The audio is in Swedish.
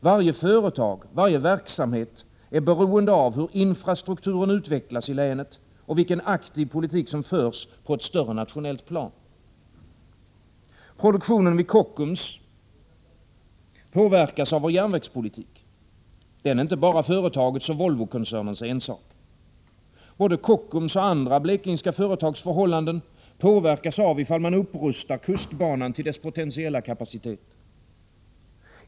Varje företag, varje verksamhet är beroende av hur infrastrukturen utvecklas i länet och vilken aktiv politik som förs på ett större nationellt plan. Produktionen vid Kockums påverkas av vår järnvägspolitik — den är inte bara företagets och Volvokoncernens ensak. Både Kockums och andra blekingska företags förhållanden påverkas av ifall man upprustar kustbanan till dess potentiella kapacitet.